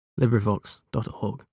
LibriVox.org